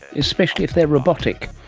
especially if they are robotic.